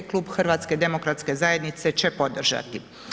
Klub HDZ-a će podržati.